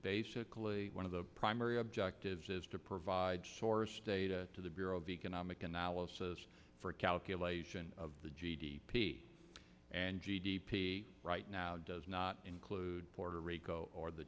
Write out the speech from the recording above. basically one of the primary objectives is to provide source data to the bureau of economic analysis for a calculation of the g d p and g d p right now does not include puerto rico or the